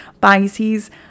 Pisces